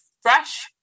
fresh